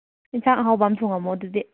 ꯑꯦꯟꯁꯥꯡ ꯑꯍꯥꯎꯕ ꯑꯃ ꯊꯣꯡꯉꯝꯃꯣ ꯑꯗꯨꯗꯤ